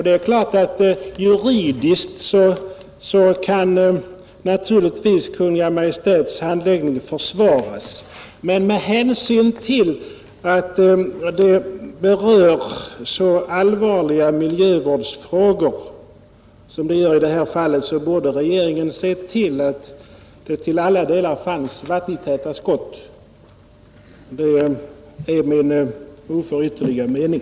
Det är klart att juridiskt kan Kungl. Maj:ts handläggning försvaras, men med hänsyn till att ärendet berör allvarliga miljövårdsfrågor borde regeringen se till att det till alla delar fanns vattentäta skott. Det är min oförytterliga mening.